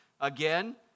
again